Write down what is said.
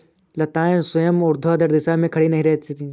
लताएं स्वयं ऊर्ध्वाधर दिशा में खड़ी नहीं रह सकती